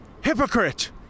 hypocrite